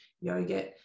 yogurt